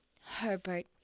Herbert